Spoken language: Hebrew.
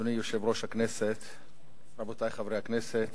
אדוני יושב-ראש הכנסת, רבותי חברי הכנסת,